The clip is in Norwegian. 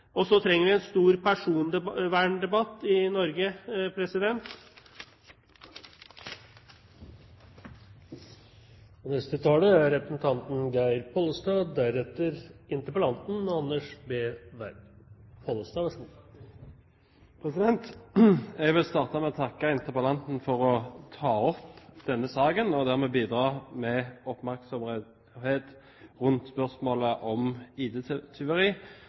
Og så trenger vi en stor personverndebatt i Norge. Jeg vil starte med å takke interpellanten for å ta opp denne saken og dermed bidra til oppmerksomhet rundt spørsmålet om